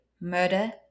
murder